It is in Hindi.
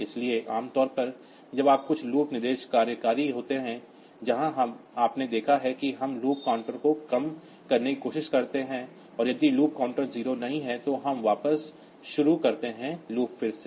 इसलिए आम तौर पर जब आप कुछ लूप निर्देश कार्यकारी होते हैं जहां आपने देखा है कि हम लूप काउंटर को कम करने की कोशिश करते हैं और यदि लूप काउंटर 0 नहीं है तो हम वापस शुरू करते हैं लूप फिर से